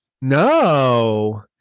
No